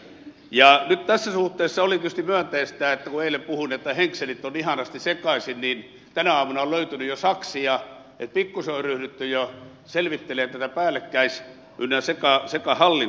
nyt tässä suhteessa oli tietysti myönteistä kun eilen puhuin että henkselit on ihanasti sekaisin niin tänä aamuna on löytynyt jo saksia että pikkuisen on ryhdytty jo selvittelemään tätä päällekkäis ynnä sekahallintoa